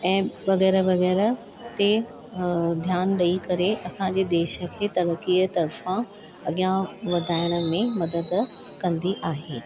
ऐं वग़ैरह वग़ैरह ते धियानु ॾई करे असां जे देश खे तरक़ीअ तरिफ़ां अॻियां वधाइण में मदद कंदी आहे